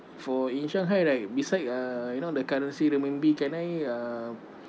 for in shanghai right beside uh you know the currency renminbi can I uh